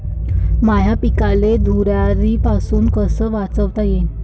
माह्या पिकाले धुयारीपासुन कस वाचवता येईन?